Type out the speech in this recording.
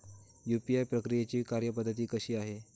UPI प्रक्रियेची कार्यपद्धती कशी आहे?